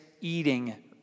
eating